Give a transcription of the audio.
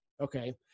Okay